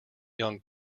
young